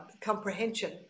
comprehension